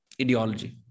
ideology